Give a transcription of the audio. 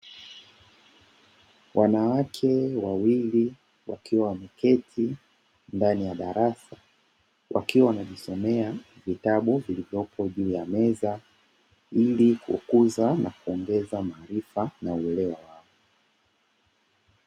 Wanawake wawili wakiwa wameketi ndani ya darasa, wakiwa wanajisomea vitabu vilivyopo juu ya meza ili kukuza na kuongeza maarifa na uelewa wao.